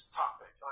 topic